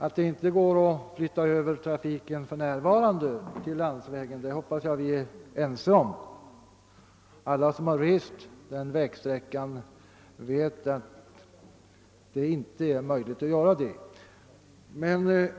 Att det inte går att flytta över trafiken för närvarande hoppas jag vi är överens om — alla som har rest den berörda vägsträckan vet, att det inte är möjligt att göra det. För